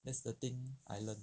that's the thing I learned